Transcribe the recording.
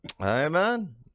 Amen